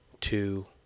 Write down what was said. two